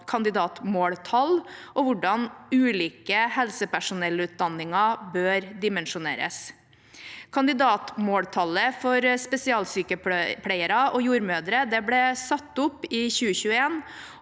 kandidatmåltall og hvordan ulike helsepersonellutdanninger bør dimensjoneres. Kandidatmåltallet for spesialsykepleiere og jordmødre ble satt opp i 2021,